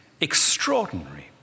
extraordinary